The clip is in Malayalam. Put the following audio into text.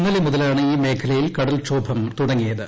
ഇന്നലെ മുതലാണ് ഈ മേഖലയിൽ കടൽക്ഷോഭം തുടങ്ങിയത്